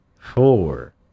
four